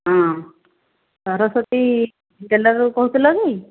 ହଁ ସରସ୍ଵତୀ ଟେଲର୍ରୁ କହୁଥିଲ କି